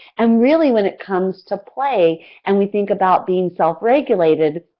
and really when it comes to play and we think about being self-regulated,